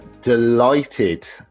delighted